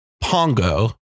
Pongo